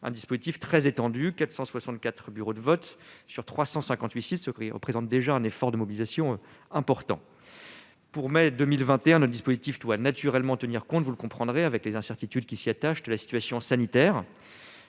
un dispositif très étendue 464 bureaux de vote sur 358 6, ce qui représente déjà un effort de mobilisation important pour mai 2021, le dispositif doit naturellement tenir compte, vous le comprendrez, avec les incertitudes qui s'y attachent, de la situation sanitaire,